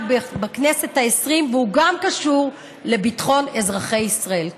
בכנסת העשרים קשור לביטחון אזרחי ישראל.